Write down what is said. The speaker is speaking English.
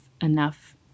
enough